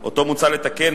שאותו מוצע לתקן,